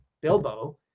Bilbo